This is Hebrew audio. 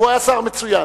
והוא היה שר מצוין.